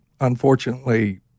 unfortunately